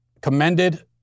Commended